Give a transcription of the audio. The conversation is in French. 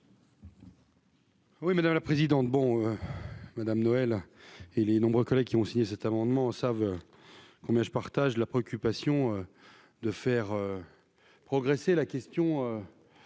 Oui, madame la présidente, bon Madame Noël et les nombreux collègues qui ont signé cet amendement savent combien je partage la préoccupation de faire progresser la question